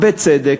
בצדק,